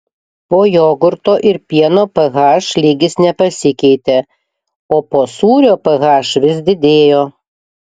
po jogurto ir pieno ph lygis nepasikeitė o po sūrio ph vis didėjo